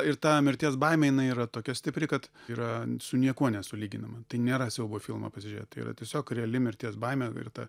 ir ta mirties baimė jinai yra tokia stipri kad yra su niekuo nesulyginama tai nėra siaubo filmą pasižiūrėt tai yra tiesiog reali mirties baimė ir ta